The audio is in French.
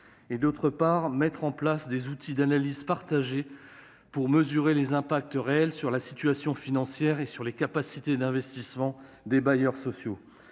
il faut aussi mettre en place des outils d'analyse partagés pour mesurer ses effets réels sur la situation financière et sur les capacités d'investissement des bailleurs sociaux.